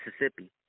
Mississippi